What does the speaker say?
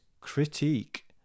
critique